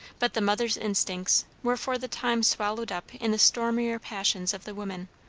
but the mother's instincts were for the time swallowed up in the stormier passions of the woman.